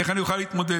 איך אני אוכל להתמודד?